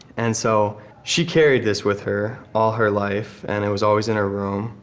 and so she carried this with her all her life, and it was always in her room.